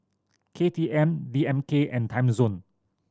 K T M D M K and Timezone